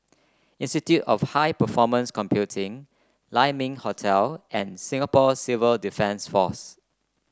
Institute of High Performance Computing Lai Ming Hotel and Singapore Civil Defence Force